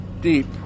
deep